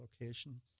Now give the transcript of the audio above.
location